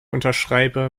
unterschreibe